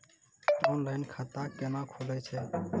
Online खाता केना खुलै छै?